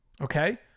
Okay